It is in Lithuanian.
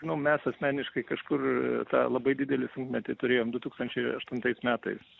nu mes asmeniškai kažkur labai didelį sunkmetį turėjom du tūkstančiai aštuntais metais